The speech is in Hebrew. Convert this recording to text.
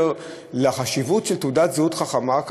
דעתי בעניין החשיבות של תעודת זהות חכמה,